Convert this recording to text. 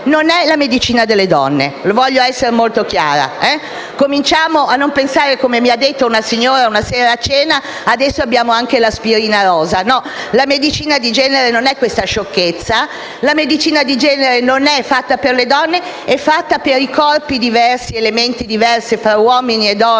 non è la medicina delle donne. Voglio essere molto chiara al riguardo. Smettiamo di pensare che, come mi ha detto una sera una signora, adesso abbiamo anche l'aspirina rosa. La medicina di genere non è questa sciocchezza. La medicina di genere non è fatta per le donne; è fatta per corpi diversi ed elementi diversi tra uomini e donne,